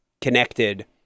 connected